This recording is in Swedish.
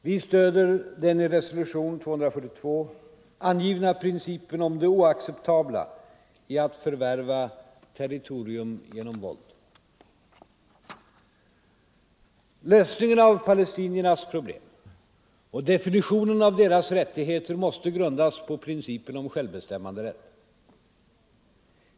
Vi stöder den i resolution 242 angivna principen om det oacceptabla i att förvärva territorium genom våld. Lösningen av palestiniernas problem och definitionen av deras rättigheter måste grundas på principen om självbestämmanderätt.